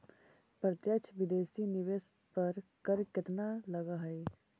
प्रत्यक्ष विदेशी निवेश पर कर केतना लगऽ हइ?